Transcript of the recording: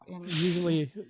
Usually